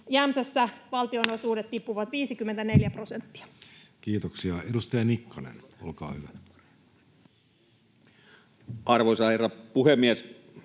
jossa valtionosuudet tippuvat 54 prosenttia? Kiitoksia. — Edustaja Nikkanen, olkaa hyvä. Arvoisa herra puhemies!